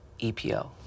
EPO